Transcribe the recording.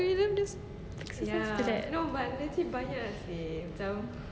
shows that